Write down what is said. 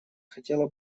хотела